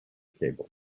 cable